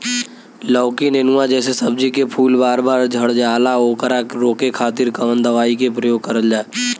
लौकी नेनुआ जैसे सब्जी के फूल बार बार झड़जाला ओकरा रोके खातीर कवन दवाई के प्रयोग करल जा?